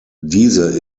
diese